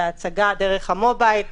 להצגה דרך המובייל.